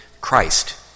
Christ